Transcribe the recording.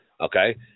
Okay